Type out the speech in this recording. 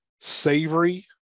savory